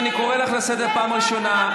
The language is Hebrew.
אני קורא אותך לסדר פעם ראשונה.